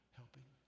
helping